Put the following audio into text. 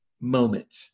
moment